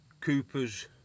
Coopers